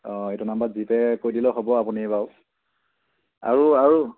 অঁ এইটো নাম্বাৰত জি পে' কৰি দিলেও হ'ব আপুনি বাৰু আৰু আৰু